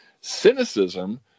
cynicism